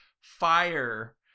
fire